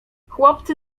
chłopcy